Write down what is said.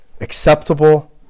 acceptable